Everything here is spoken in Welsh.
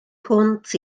hwnt